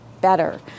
better